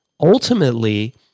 ultimately